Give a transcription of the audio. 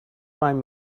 find